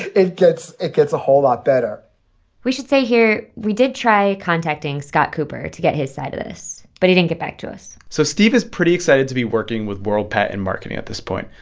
it gets it gets a whole lot better we should say here, we did try contacting scott cooper to get his side of this. but he didn't get back to us so steve is pretty excited to be working with world patent marketing at this point.